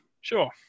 Sure